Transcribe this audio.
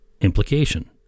implication